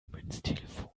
münztelefon